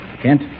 Kent